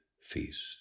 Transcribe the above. feast